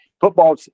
football